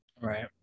Right